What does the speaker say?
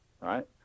Right